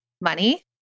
money